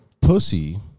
pussy